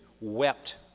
wept